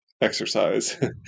exercise